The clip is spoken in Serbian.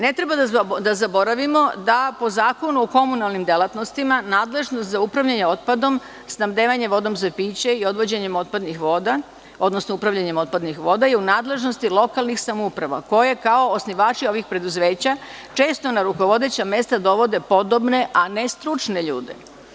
Ne treba da zaboravimo da po Zakonu o komunalnim delatnostima nadležnost za upravljanje otpadom, snabdevanje vodom za piće i odvođenjem otpadnih voda, odnosno upravljanjem otpadnih voda je u nadležnosti lokalnih samouprava koje kao osnivači ovih preduzeća često na rukovodeća mesta dovode podobne, a ne stručne ljude.